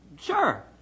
Sure